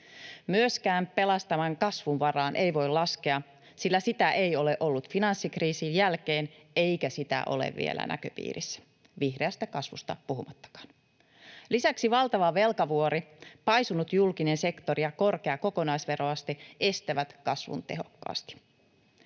Myöskään pelastavan kasvun varaan ei voi laskea, sillä sitä ei ole ollut finanssikriisin jälkeen, eikä sitä ole vielä näköpiirissä, vihreästä kasvusta puhumattakaan. Lisäksi valtava velkavuori, paisunut julkinen sektori ja korkea kokonaisveroaste estävät kasvun tehokkaasti.